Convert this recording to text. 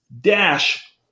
dash